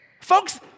Folks